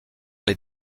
les